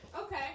Okay